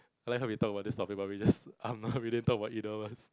like how we talk about this topic but we just we never really talk about either of us